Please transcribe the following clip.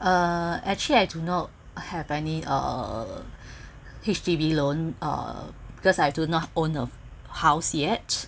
uh actually I do not have any uh H_D_B loan uh because I do not own a house yet